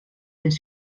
les